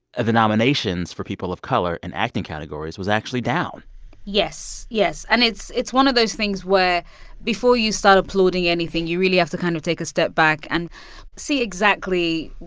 the nominations for people of color in acting categories was actually down yes. yes. and it's it's one of those things where before you start applauding anything, you really have to kind of take a step back and see exactly,